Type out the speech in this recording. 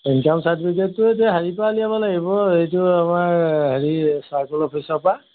income চাৰ্টিফিকেটটো এতিয়া হেৰিৰ পৰা উলিয়াব লাগিব এইটো আমাৰ হেৰি চাৰ্কুল অফিচৰ পৰা